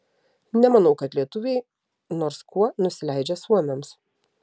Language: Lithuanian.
nemanau kad lietuviai nors kuo nusileidžia suomiams